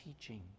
teaching